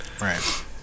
right